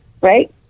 right